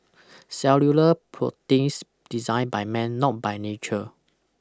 cellular proteins designed by man not by nature